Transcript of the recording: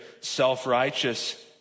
self-righteous